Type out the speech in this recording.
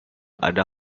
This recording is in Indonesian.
ada